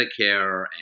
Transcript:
Medicare